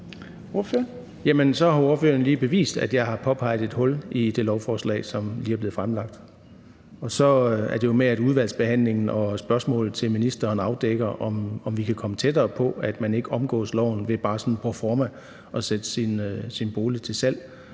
så har ordføreren lige bevist, at jeg har påpeget et hul i det lovforslag, som lige er blevet fremsat, og så er det jo, at udvalgsbehandlingen og spørgsmålene til ministeren skal afdække, om vi kan komme tættere på, at man ikke omgår loven ved bare sådan proforma at sætte sin bolig til salg